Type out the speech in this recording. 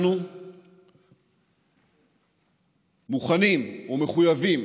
אנחנו מוכנים ומחויבים